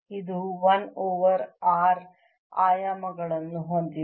ಇದು 1 over r ಆಯಾಮಗಳನ್ನು ಹೊಂದಿದೆ